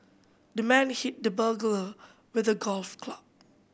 the man hit the burglar with the golf club